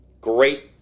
Great